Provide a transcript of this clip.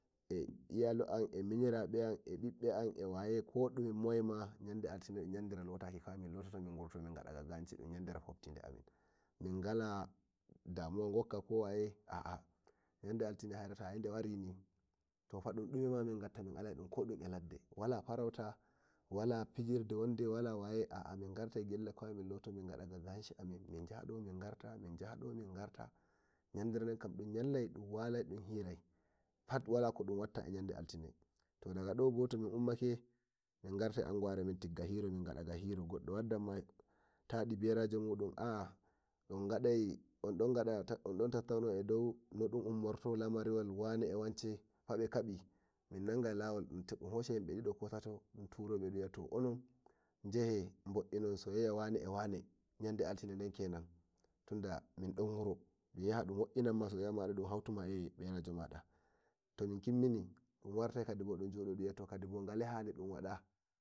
Eh iyalu am eh ɓiɓɓe am eh minyiraɓe am wayeko ɗum moye ma yande altine min lototo min gurto min gada ga ganshi min ga daga foftide amin min gala damuwa amin yande altine tayi de wari ni to fa dun duma min alai dum ko e ladde wala farauta wara fijirde wala waye aa mingartai gell min gada ga ganshi amin miyado min garta yandere den kam dun yanlai dun wala dun hira wala ko dun watta yandere altine to aga doboto min ummake min gartai anguware min tigga hiro goddo waddan ma tadi berajo mun aa ondon tattauno do un umirto don ramari wane eh wance fa be kabi min nangai lawon dun hosha yimbe dido ko tato dun turobe dun wi'a to unon yahi bo'inon soyayya wane eh wane yandere altine kenan tunda min don wuro dun wo'innan ma soyayya mada ɗun hautuma eh berajo mada tomin kimmini dun artai kadibo gal ladi ɗun wada.